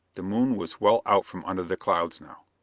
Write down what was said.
the moon was well out from under the clouds now.